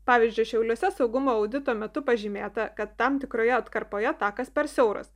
pavyzdžiui šiauliuose saugumo audito metu pažymėta kad tam tikroje atkarpoje takas per siauras